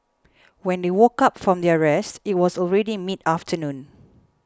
when they woke up from their rest it was already mid afternoon